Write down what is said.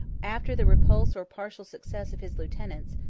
after the repulse or partial success of his lieutenants,